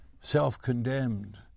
self-condemned